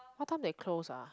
what time they closed ah